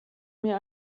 mir